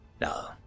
No